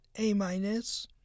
A-minus